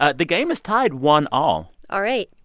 ah the game is tied one all all right,